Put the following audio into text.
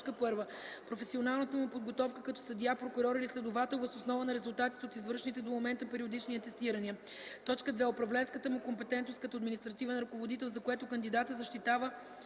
за: 1. професионалната му подготовка като съдия, прокурор или следовател въз основа на резултатите от извършените до момента периодични атестирания; 2. управленската му компетентност като административен ръководител, за което кандидатът защитава